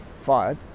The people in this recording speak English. fired